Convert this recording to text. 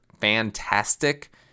fantastic